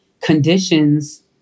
conditions